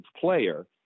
player